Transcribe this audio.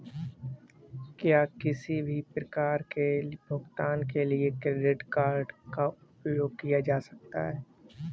क्या किसी भी प्रकार के भुगतान के लिए क्रेडिट कार्ड का उपयोग किया जा सकता है?